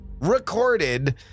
recorded